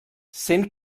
cent